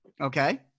Okay